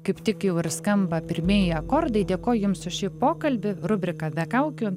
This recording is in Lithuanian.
kaip tik jau ir skamba pirmieji akordai dėkoju jums už šį pokalbį rubrika be kaukių